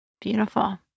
Beautiful